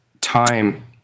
time